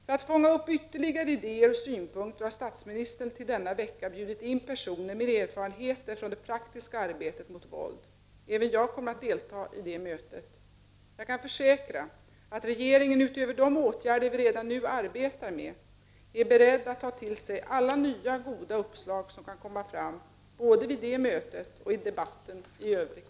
För att fånga upp ytterligare idéer och synpunkter har statsministern till denna vecka bjudit in personer med erfarenheter från det praktiska arbetet mot våld. Även jag kommer att delta i detta möte. Jag kan försäkra att regeringen, utöver de åtgärder vi redan nu arbetar med, är beredd att ta till sig alla nya goda uppslag som kan komma fram både vid detta möte och i debatten i övrigt.